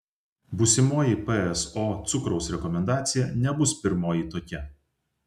būsimoji pso cukraus rekomendacija nebus pirmoji tokia